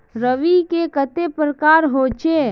रवि के कते प्रकार होचे?